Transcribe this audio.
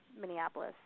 Minneapolis